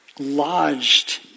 Lodged